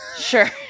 sure